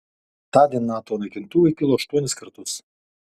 tądien nato naikintuvai kilo aštuonis kartus